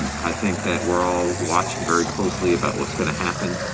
and i think that we're all watching very closely about what's gonna happen.